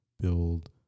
build